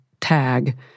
tag